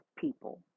people